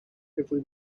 every